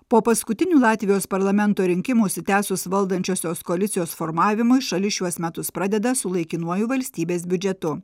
po paskutinių latvijos parlamento rinkimų užsitęsus valdančiosios koalicijos formavimui šalis šiuos metus pradeda su laikinuoju valstybės biudžetu